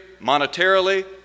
monetarily